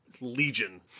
legion